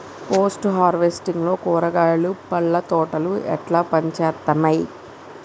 Post harvesting లో కూరగాయలు పండ్ల తోటలు ఎట్లా పనిచేత్తనయ్?